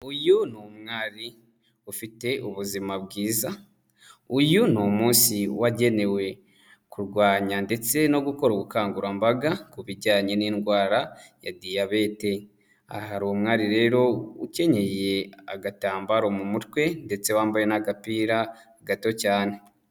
Uyu ni umwari ufite ubuzima bwiza, uyu ni umunsi wagenewe kurwanya ndetse no gukora ubukangurambaga ku bijyanye n'indwara ya diyabete, aha hari umwari rero ukenyeye agatambaro mu mutwe ndetse wambaye n'agapira gato cyane.